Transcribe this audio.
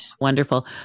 Wonderful